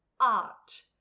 art